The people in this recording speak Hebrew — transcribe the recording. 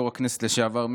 יו"ר הכנסת לשעבר,